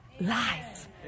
life